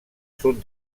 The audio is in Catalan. sud